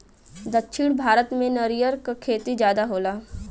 दक्षिण भारत में नरियर क खेती जादा होला